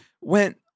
went